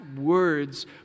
words